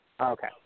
Okay